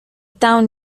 town